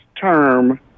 term